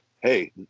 hey